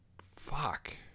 fuck